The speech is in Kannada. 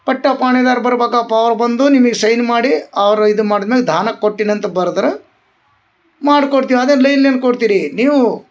ಪಟ್ಟ ಪಹಣಿದಾರ ಬರ್ಬಕಪ್ಪ ಅವ್ರ ಬಂದು ನಿಮಗ್ ಸೈನ್ ಮಾಡಿ ಅವ್ರ ಇದು ಮಾಡಿದ ಮೇಲೆ ದಾನಕ್ಕೆ ಕೊಟ್ಟಿನಂತ ಬರ್ದ್ರ ಮಾಡಿ ಕೊಡ್ತೀವ ಅಂದ್ರ ನೀವು ಏನು ಕೊಡ್ತೀರಿ ನೀವು